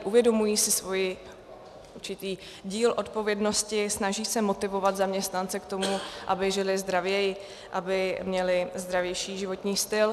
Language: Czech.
Uvědomují si svůj určitý díl odpovědnosti, snaží se motivovat zaměstnance k tomu, aby žili zdravěji, aby měli zdravější životní styl.